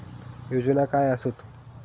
योजना काय आसत?